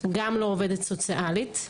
גם לא עובדת סוציאלית.